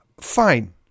Fine